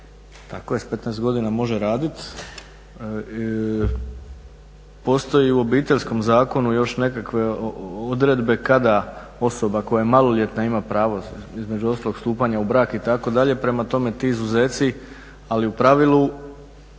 Tako je s 15 godina može raditi. Postoji u Obiteljskom zakonu još nekakve odredbe kada osoba koja je maloljetna ima pravo između ostalog stupanja u brak itd. Prema tome, ti izuzeci, ali u pravilu